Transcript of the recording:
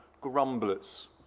grumblers